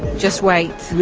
just wait? so